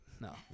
no